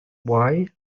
why